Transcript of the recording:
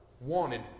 wanted